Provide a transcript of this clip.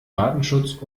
datenschutz